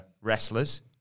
wrestlers